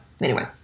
anyway-